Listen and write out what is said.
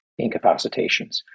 incapacitations